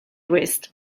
west